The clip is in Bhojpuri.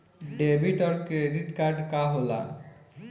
डेबिट और क्रेडिट कार्ड का होला?